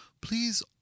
Please